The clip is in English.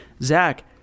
Zach